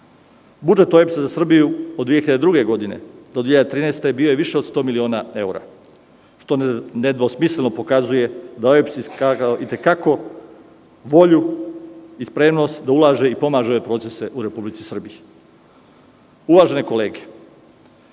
OEBS za Srbiju od 2002. godine do 2013. godine bio je više od 100 miliona evra, što nedvosmisleno pokazuje da OEBS ima itekako volju i spremnost da ulaže i pomaže procese u Republici Srbiji. Uvažene kolege,